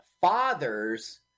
fathers